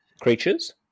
creatures